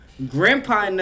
Grandpa